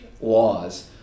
laws